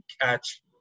catch